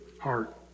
heart